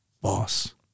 boss